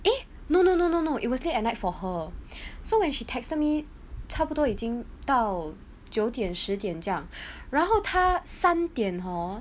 eh no no no no no it was late at night for her so when she texted me 差不多已经到九点十点这样然后他三点 hor